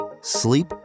sleep